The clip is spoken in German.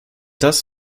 das